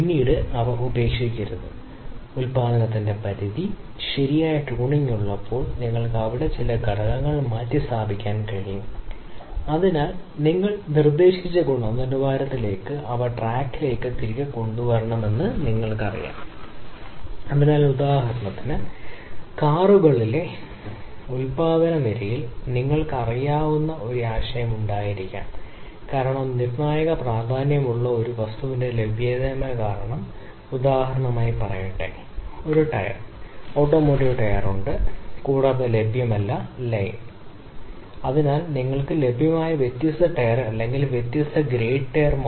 അതിനാൽ പരമ്പരാഗതവും ഏതുമായ രണ്ട് ആശയങ്ങൾ നിങ്ങൾ പരിശോധിക്കുകയാണെങ്കിൽ ടാഗുച്ചി ഡിസൈൻ എന്ന ആശയം അവതരിപ്പിച്ചതിനുശേഷം നിങ്ങൾക്ക് അത് കണ്ടെത്താനാകും അധിക സിസ്റ്റം ഗുണനിലവാര നിരീക്ഷണം നിങ്ങൾക്ക് കുറഞ്ഞ സവിശേഷത എന്ന് വിളിക്കപ്പെടുന്ന ഒന്ന് ഉണ്ടായിരുന്നു അപ്പർ സ്പെസിഫിക്കേഷൻ പരിധിയിലെ പരിധി ടാർഗെറ്റ് മൂല്യം എന്നിവ തമ്മിൽ എവിടെയെങ്കിലും ആയിരിക്കും LSL USL